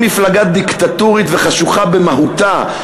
היא מפלגה דיקטטורית וחשוכה במהותה,